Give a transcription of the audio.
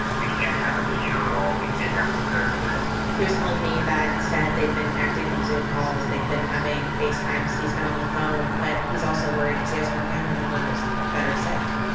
we can't have a funeral. we can't have a service he was telling me that, instead, they've been connecting on zoom calls. they've been having facetimes. he's he's been on the phone. but he's also worried because he has more family members that are sick